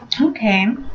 Okay